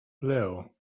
leo